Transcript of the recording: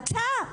הצעה.